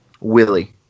Willie